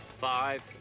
Five